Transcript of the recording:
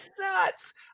nuts